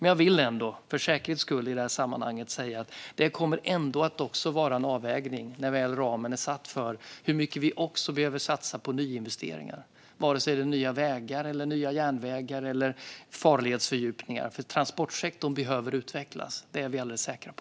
Jag vill ändå, för säkerhets skull, i detta sammanhang säga att det kommer att vara en avvägning när ramen väl är satt för hur mycket vi behöver satsa på nyinvesteringar, vare sig det är nya vägar eller järnvägar eller farledsfördjupningar. Transportsektorn behöver utvecklas; det är vi alldeles säkra på.